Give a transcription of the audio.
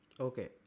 Okay